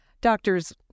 Doctors